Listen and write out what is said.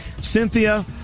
Cynthia